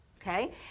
okay